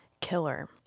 killer